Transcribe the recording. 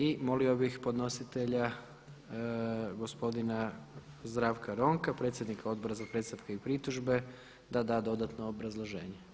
I molio bih podnositelja gospodina Zdravka Ronka, predsjednika Odbora za predstavke i pritužbe da da dodatno obrazloženje.